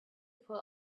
pull